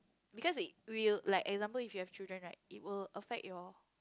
because it will like example if you have children right it will affect your